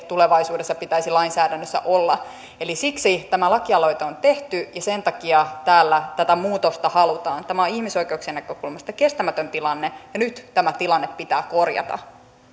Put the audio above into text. tulevaisuudessa pitäisi lainsäädännössä olla eli siksi tämä lakialoite on tehty ja sen takia täällä tätä muutosta halutaan tämä on ihmisoikeuksien näkökulmasta kestämätön tilanne ja nyt tämä tilanne pitää korjata